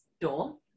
door